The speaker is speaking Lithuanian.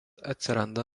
atsiranda